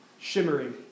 shimmering